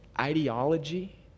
ideology